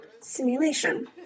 simulation